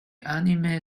anime